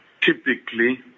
typically